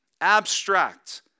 abstract